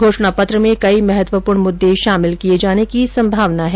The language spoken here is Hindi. घोषणा पत्र में कई महत्वपूर्ण मुददे शामिल किये जाने की संभावना है